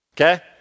okay